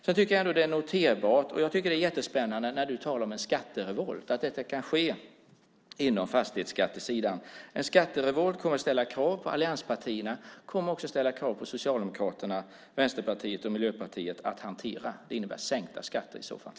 Jag tycker att det är jättespännande när du talar om en skatterevolt, att det kan ske på fastighetsskattesidan. En skatterevolt kommer att ställa krav på allianspartierna. Den kommer också att ställa krav på Socialdemokraterna, Vänsterpartiet och Miljöpartiet. Det innebär sänkta skatter i så fall.